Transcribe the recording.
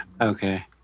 Okay